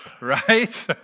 right